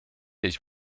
ich